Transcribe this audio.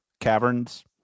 Caverns